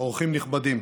אורחים נכבדים,